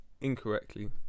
incorrectly